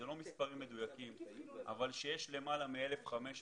אלה לא מספרים מדויקים שיש למעלה מ-1,500